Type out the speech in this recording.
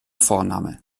vorname